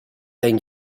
then